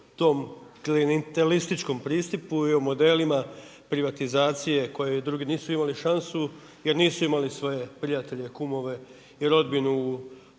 o tom klijentelističkom pristupu i o modelima privatizacije koju drugi nisu imali šansu jer nisu imali svoje prijatelje, kumove i rodbinu